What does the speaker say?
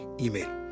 email